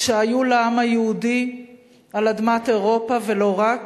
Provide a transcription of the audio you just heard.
שהיו לעם היהודי על אדמת אירופה, ולא רק.